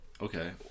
okay